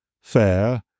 Fair